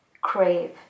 crave